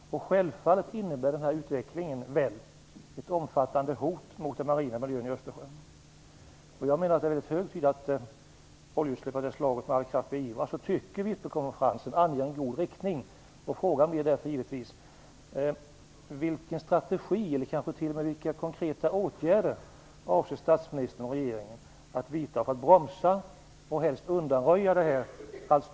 Självfallet innebär den här utvecklingen ett omfattande hot mot den marina miljön i Östersjön. Jag menar att det är hög tid att oljeutsläpp av det slaget med all kraft beivras och tycker att Visbykonferensen anger en god riktning. Frågan blir därför givetvis: